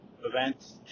events